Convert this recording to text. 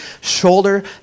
shoulder